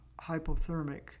hypothermic